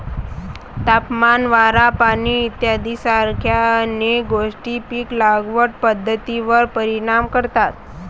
तापमान, वारा, पाणी इत्यादीसारख्या अनेक गोष्टी पीक लागवड पद्धतीवर परिणाम करतात